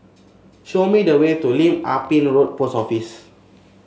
show me the way to Lim Ah Pin Road Post Office